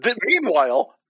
Meanwhile